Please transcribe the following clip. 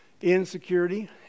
insecurity